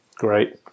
Great